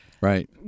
right